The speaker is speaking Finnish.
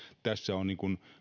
tässä on